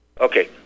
okay